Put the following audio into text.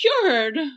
cured